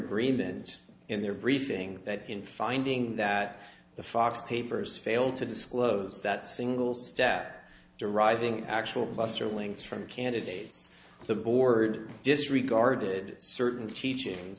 agreement in their briefing that in finding that the fox papers fail to disclose that single stat deriving actual buster links from candidates the board disregarded certain teaching